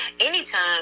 Anytime